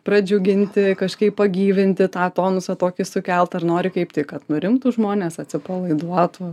pradžiuginti kažkaip pagyvinti tą tonusą tokį sukelt ar nori kaip tik kad nurimtų žmonės atsipalaiduotų